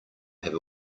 have